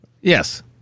Yes